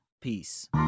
peace